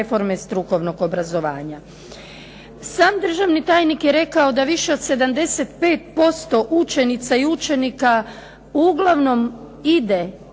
Sam državni tajnik je rekao da više od 75% učenica i učenika uglavnom ide